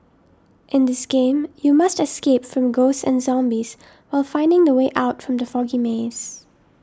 in this game you must escape from ghosts and zombies while finding the way out from the foggy maze